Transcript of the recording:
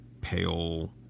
pale